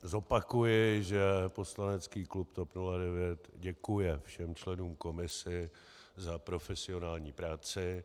Zopakuji, že poslanecký klub TOP 09 děkuje všem členům komise za profesionální práci.